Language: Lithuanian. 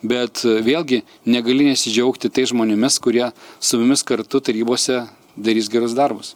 bet vėlgi negali nesidžiaugti tais žmonėmis kurie su mumis kartu tarybose darys gerus darbus